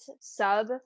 sub